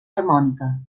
harmònica